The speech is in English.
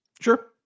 Sure